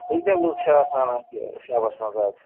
کٲتیٛاہ لُکھ چھِ آسان اَتہِ شبَس منٛز اَز